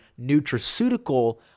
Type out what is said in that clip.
nutraceutical